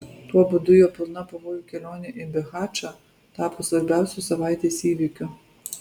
tuo būdu jo pilna pavojų kelionė į bihačą tapo svarbiausiu savaitės įvykiu